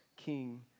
King